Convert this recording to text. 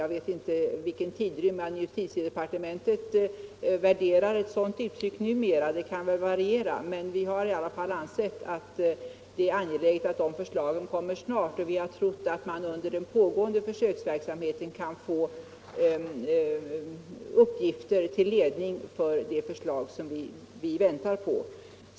Jag vet inte vilken tidrymd man i justitiedepartementet menar skall svara mot ett sådant uttryck numera — det kan variera — men i varje fall har vi ansett det vara angeläget att dessa förslag framläggs snart. Vi tror att man under den pågående försöksverksamheten kan få uppgifter till ledning för det förslag som vi väntar på.